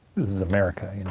this is america, and